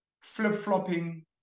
flip-flopping